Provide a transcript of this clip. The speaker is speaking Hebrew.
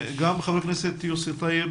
גם חבר הכנסת יוסי טייב,